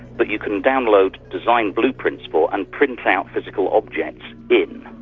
but you can download design blueprints for, and print out physical objects in.